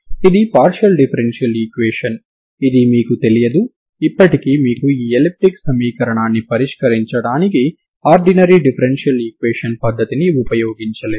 ఇది partial differential equation ఇది మీకు తెలియదు ఇప్పటికీ మీరు ఈ ఎలిప్టిక్ సమీకరణాన్ని పరిష్కరించడానికి ఆర్డినరీ డిఫరెన్షియల్ ఈక్వేషన్ పద్ధతిని ఉపయోగించలేరు